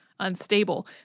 unstable